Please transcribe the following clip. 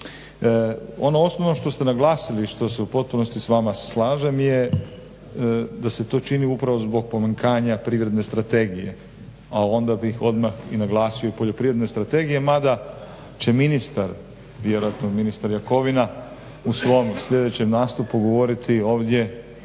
Ono osnovno što ste naglasili i što se u potpunosti sa vama slažem je da se to čini upravo zbog pomanjkanja privredne strategije, a onda bih odmah i naglasio i poljoprivredne strategije mada će ministar, vjerojatno ministar Jakovina u svom sljedećem nastupu govoriti ovdje